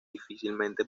difícilmente